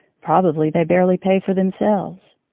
probably they barely pay for themselves.